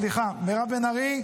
סליחה, מירב בן ארי.